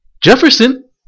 Jefferson